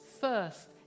First